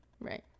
Right